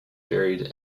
buried